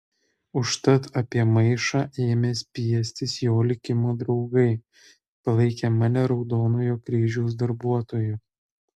užtat apie maišą ėmė spiestis jo likimo draugai palaikę mane raudonojo kryžiaus darbuotoju